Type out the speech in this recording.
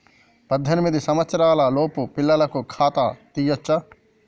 పద్దెనిమిది సంవత్సరాలలోపు పిల్లలకు ఖాతా తీయచ్చా?